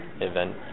event